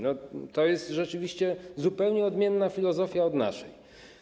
No to jest rzeczywiście zupełnie odmienna filozofia od naszej.